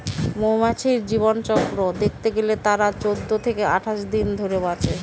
মৌমাছির জীবনচক্র দেখতে গেলে তারা চৌদ্দ থেকে আঠাশ দিন ধরে বাঁচে